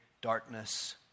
darkness